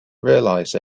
realize